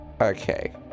Okay